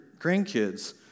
grandkids